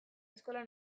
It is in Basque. eskola